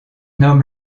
homme